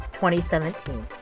2017